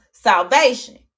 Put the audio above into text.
Salvation